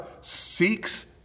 seeks